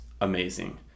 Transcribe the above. amazing